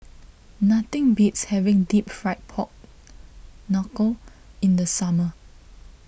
nothing beats having Deep Fried Pork Knuckle in the summer